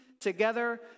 together